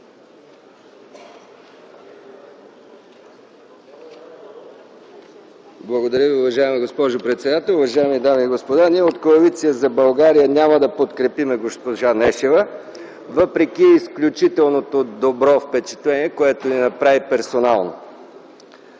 Благодаря Ви. Уважаема госпожо председател, уважаеми дами и господа! Ние от Коалиция за България няма да подкрепим госпожа Нешева, въпреки изключителното добро впечатление, което ни направи персонално.